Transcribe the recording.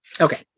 Okay